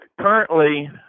Currently